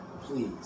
please